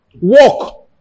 Walk